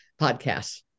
podcasts